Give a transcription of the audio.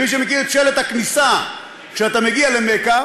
ומי שמכיר את שלט הכניסה, כשאתה מגיע למכה,